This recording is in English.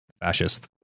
fascist